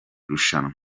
rushanwa